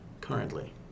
currently